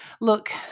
Look